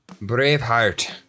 Braveheart